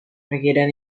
requieren